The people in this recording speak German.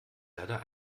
leider